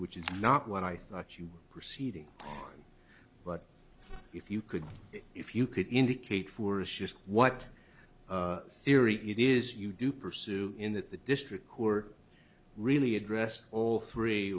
which is not what i thought you were proceeding on but if you could if you could indicate for a shift what theory it is you do pursue in that the district court really addressed all three